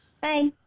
Bye